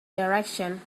direction